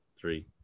Three